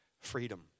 freedom